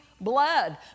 blood